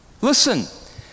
listen